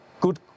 good